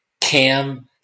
Cam